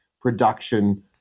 production